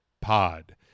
pod